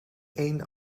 één